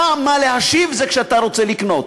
דע מה להשיב, זה כשאתה רוצה לקנות,